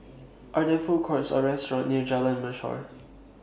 Are There Food Courts Or restaurants near Jalan Mashor